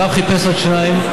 הרב חיפש עוד שניים,